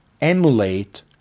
emulate